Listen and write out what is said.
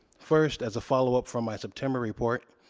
first, as a follow up from my september report,